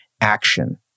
action